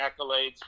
accolades